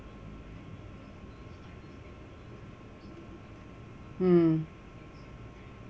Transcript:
mm